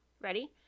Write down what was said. Ready